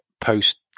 post